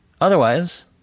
Otherwise